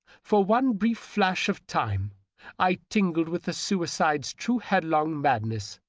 for one brief flash of time i tingled with the suicide's true headlong madness.